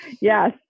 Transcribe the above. yes